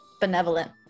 benevolent